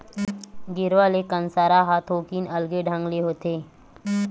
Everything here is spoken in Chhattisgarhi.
गेरवा ले कांसरा ह थोकिन अलगे ढंग ले होथे